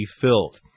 filled